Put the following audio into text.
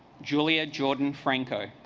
julia jordan franco